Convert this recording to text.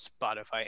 Spotify